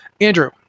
Andrew